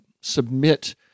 submit